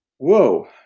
Whoa